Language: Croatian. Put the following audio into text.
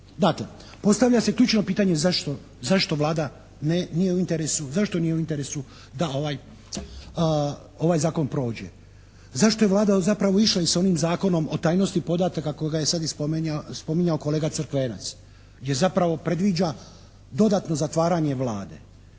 Dakle, postavlja se ključno pitanje zašto Vlada nije u interesu, zašto nije u interesu da ovaj zakon prođe. Zašto je Vlada zapravo išla i sa onim Zakonom o tajnosti podataka koga je sada i spominjao kolega Crkvenac, jer zapravo predviđa dodatno zatvaranje Vlade.